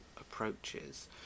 approaches